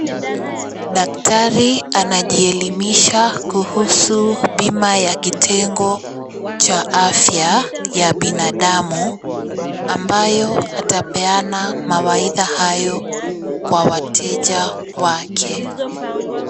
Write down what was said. Daktari anajielimisha kuhusu bima ya kitengo cha afya cha binadamu, ambayo atapeana mawaidha hayo kwa wateja wake.